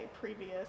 previous